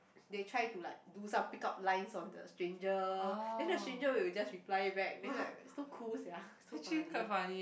they try to like do some pick up lines on the stranger then the stranger will just reply it back then like so cool sia so funny